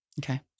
Okay